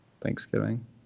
Thanksgiving